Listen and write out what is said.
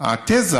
התזה